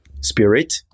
spirit